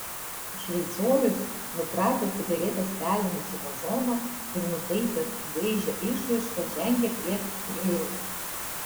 šveicorius nukratė cigaretės pelenus į vazoną ir nutaisęs gaižią išraišką žengė prie grėjaus